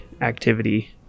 activity